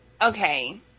okay